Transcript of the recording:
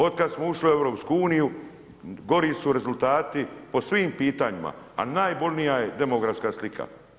Od kad smo ušli u EU, gori su rezultati, po svim pitanjima, a najbolnija je demografska slika.